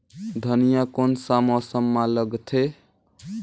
धनिया कोन सा मौसम मां लगथे?